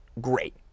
Great